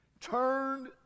Turned